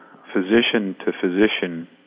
physician-to-physician